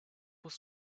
was